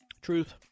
Truth